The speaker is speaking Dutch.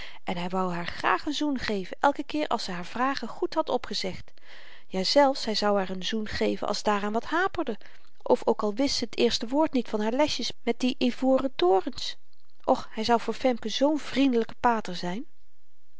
en hy wou haar graag n zoen geven elken keer als ze haar vragen goed had opgezegd jazelfs hy zou haar n zoen geven als daaraan wat haperde of ook al wist ze t eerste woord niet van haar lesjes met die ivoren torens och hy zou voor femke zoo'n vriendelyke pater zyn